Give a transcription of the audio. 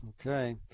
Okay